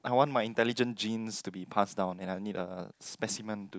I want my intelligent genes to be pass down and I need a specimen to